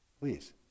Please